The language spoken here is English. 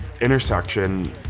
intersection